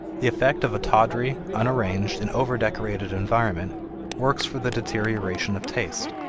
the effect of a tawdry, unarranged, and over-decorated environment works for the deterioration of taste,